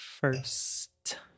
first